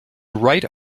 right